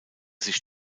sich